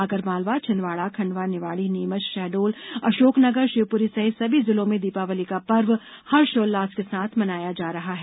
आगरमालवा छिंदवाड़ा खंडवा निवाड़ी नीमच शहडोल अशोकनगर शिवपुरी सहित सभी जिलों में दीपावली का पर्व हर्षोल्लास के साथ मनाया जा रहा है